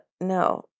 no